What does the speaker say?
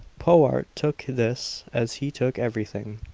powart took this as he took everything,